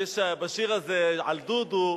בשיר על דודו,